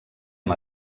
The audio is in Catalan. amb